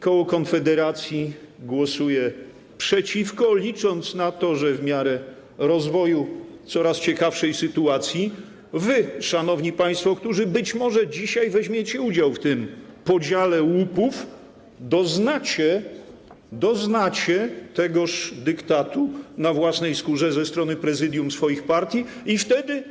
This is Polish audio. Koło Konfederacji głosuje przeciwko, licząc na to, że w miarę rozwoju coraz ciekawszej sytuacji wy, szanowni państwo, którzy być może dzisiaj weźmiecie udział w tym podziale łupów, doznacie tegoż dyktatu na własnej skórze ze strony Prezydium swoich partii i wtedy.